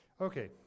Okay